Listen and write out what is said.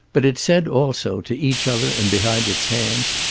but it said also, to each other and behind its hands,